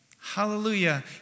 Hallelujah